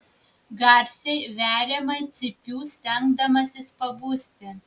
garsiai veriamai cypiu stengdamasis pabusti